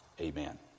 Amen